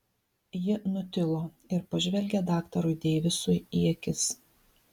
ji nutilo ir pažvelgė daktarui deivisui į akis